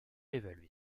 évaluer